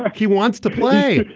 like he wants to play.